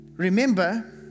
Remember